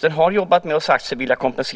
Näringen har solidariskt ställt sig bakom för att